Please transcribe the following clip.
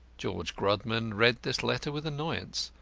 george grodman read this letter with annoyance,